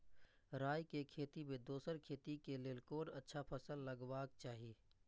राय के खेती मे दोसर खेती के लेल कोन अच्छा फसल लगवाक चाहिँ?